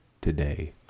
Today